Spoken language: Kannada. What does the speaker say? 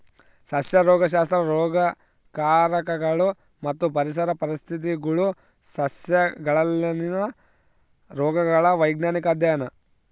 ಸಸ್ಯ ರೋಗಶಾಸ್ತ್ರ ರೋಗಕಾರಕಗಳು ಮತ್ತು ಪರಿಸರ ಪರಿಸ್ಥಿತಿಗುಳು ಸಸ್ಯಗಳಲ್ಲಿನ ರೋಗಗಳ ವೈಜ್ಞಾನಿಕ ಅಧ್ಯಯನ